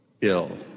ill